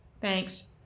Thanks